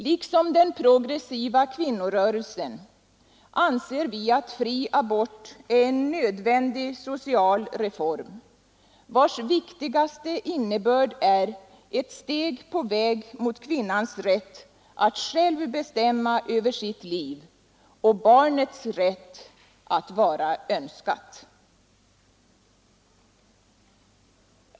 Liksom den progressiva kvinnorörelsen anser vi att fri abort är en nödvändig social reform, vars viktigaste innebörd är ett steg på väg mot kvinnans rätt att själv bestämma över sitt liv och barnets rätt att vara önskat.